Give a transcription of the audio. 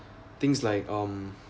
things like um